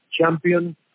champion